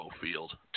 Field